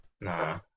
Nah